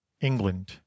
England